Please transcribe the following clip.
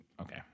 okay